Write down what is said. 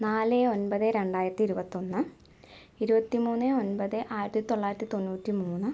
നാല് ഒൻപത് രണ്ടായിരത്തി ഇരുപത്തൊന്ന് ഇരുപത്തി മൂന്ന് ഒൻപത് ആയിരത്തി തൊള്ളായിരത്തി തൊണ്ണൂറ്റി മൂന്ന്